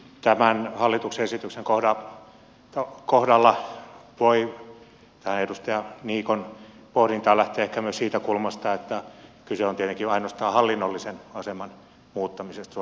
tämän hallituksen esityksen kohdalla voi edustaja niikon pohdintaan lähteä ehkä myös siitä kulmasta että kyse on tietenkin ainoastaan hallinnollisen aseman muuttamisesta